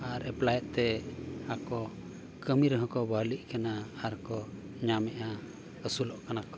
ᱟᱨ ᱮᱯᱞᱟᱭᱮᱫ ᱛᱮ ᱟᱠᱚ ᱠᱟᱹᱢᱤ ᱨᱮᱦᱚᱸ ᱠᱚ ᱵᱟᱦᱟᱞᱤᱜ ᱠᱟᱱᱟ ᱟᱨ ᱠᱚ ᱧᱟᱢᱮᱜ ᱠᱟᱱᱟ ᱟᱹᱥᱩᱞᱚᱜ ᱠᱟᱱᱟ ᱠᱚ